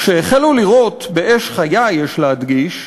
כשהחלו לירות באש חיה, יש להדגיש,